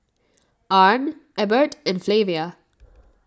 Arne Ebert and Flavia